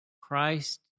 Christ